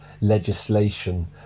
legislation